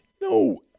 No